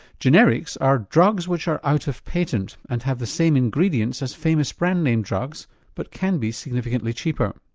generics are drugs which are out of patent and have the same ingredients as famous brand name drugs but can be significantly cheaper.